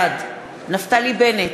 בעד נפתלי בנט,